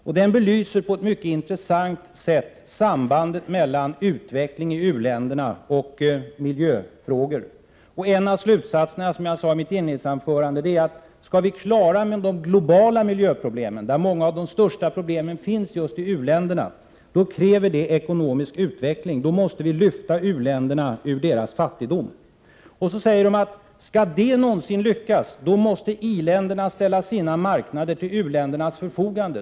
Rapporten belyser på ett mycket intressant sätt sambandet mellan utveckling i u-länderna och miljöfrågorna. En av slutsatserna, vilket jag nämnde i mitt inledningsanförande, är att om vi skall klara de globala miljöproblemen, där många av de största problemen finns just i u-länderna, krävs det ekonomisk utveckling, och då måste vi lyfta u-länderna ur deras fattigdom. Kommissionen säger att skall detta någonsin lyckas, då måste i-länderna ställa sina marknader till u-ländernas förfogande.